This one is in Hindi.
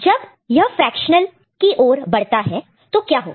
जब यह फ्रेक्शनल की ओर बढ़ता है तो क्या होगा